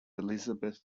elizabeth